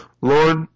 Lord